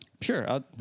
Sure